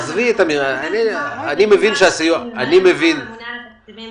אני מבין מהתשובות